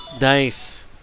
Nice